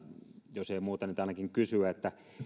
jos ei muuta nyt ainakin kysyä